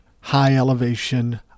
high-elevation